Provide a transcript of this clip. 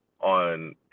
on